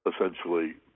essentially